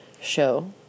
show